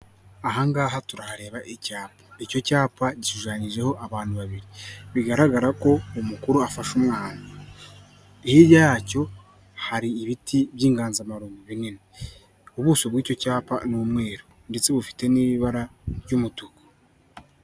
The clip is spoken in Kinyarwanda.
Aha ngaha turahareba icyapa, icyo cyapa gishushanyijeho abantu babiri bigaragara ko umukuru afasha umwana, hirya yacyo hari ibiti by'inganzamaru binini, ubuso bw'icyo cyapa n'umweru ndetse bufite n'ibara ry'umutuku.